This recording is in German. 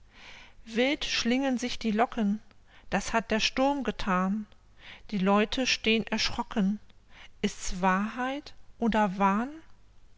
wild schlingen sich die locken das hat der sturm gethan die leute stehn erschrocken ist's wahrheit oder wahn